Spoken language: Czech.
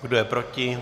Kdo je proti?